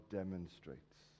demonstrates